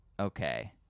Okay